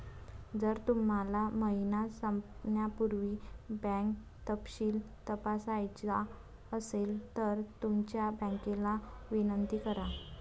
जर तुम्हाला महिना संपण्यापूर्वी बँक तपशील तपासायचा असेल तर तुमच्या बँकेला विनंती करा